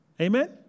Amen